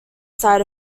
side